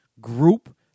group